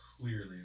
clearly